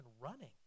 running